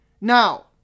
Now